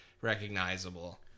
recognizable